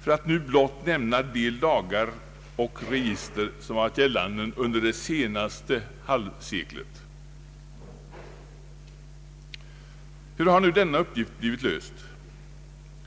för att blott nämna de lagar och register som varit gällande under det senaste halvseklet. Hur har nu denna uppgift blivit löst?